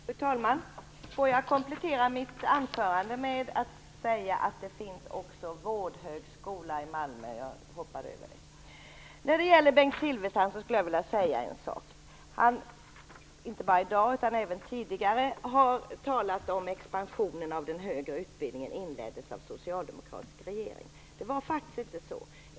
Fru talman! Låt mig komplettera mitt anförande med att säga att det finns också en vårdhögskola i Malmö - jag råkade hoppa över det. Bengt Silfverstrand har inte bara i dag utan även tidigare talat om att expansionen av den högre utbildningen inleddes av en socialdemokratisk regering. Det var faktiskt inte så.